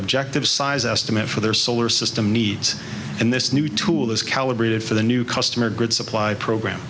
objective size estimate for their solar system needs and this new tool is calibrated for the new customer grid supply program